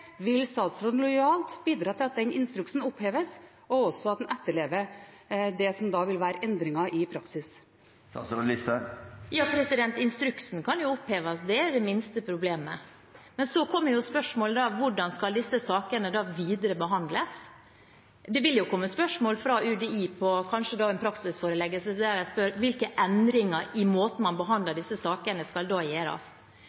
Vil statsråden lojalt bidra til at den instruksen oppheves, og at en etterlever det som da vil være endringen av praksisen? Ja, instruksen kan oppheves – det er det minste problemet. Men så kommer spørsmålet om hvordan disse sakene da skal behandles videre. Det vil komme spørsmål fra UDI – kanskje en praksisforeleggelse – hvor de spør: Hvilke endringer i måten man